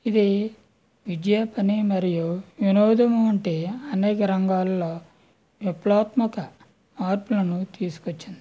ఇది విద్యా పని మరియు వినోదం వంటి అనేక రంగాల్లో విప్లవాత్మక మార్పులను తీసుకొచ్చింది